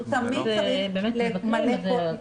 הוא תמיד צריך למלא כל דין.